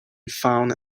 found